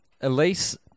Elise